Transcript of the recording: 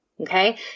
Okay